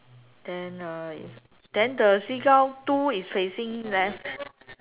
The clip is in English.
then uh the then the seagull two is facing left